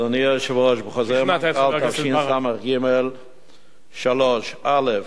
אדוני היושב-ראש, בחוזר מנכ"ל תשס"ג/3 (א)